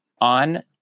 On